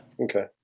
Okay